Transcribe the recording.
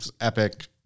epic